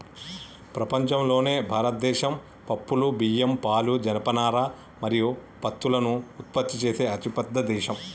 ప్రపంచంలోనే భారతదేశం పప్పులు, బియ్యం, పాలు, జనపనార మరియు పత్తులను ఉత్పత్తి చేసే అతిపెద్ద దేశం